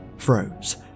froze